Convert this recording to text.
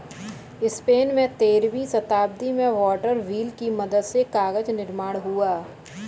Spain में तेरहवीं शताब्दी में वाटर व्हील की मदद से कागज निर्माण हुआ